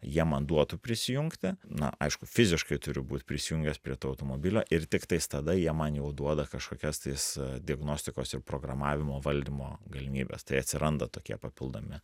jie man duotų prisijungti na aišku fiziškai turiu būt prisijungęs prie to automobilio ir tiktais tada jie man jau duoda kažkokias tais diagnostikos ir programavimo valdymo galimybes tai atsiranda tokie papildomi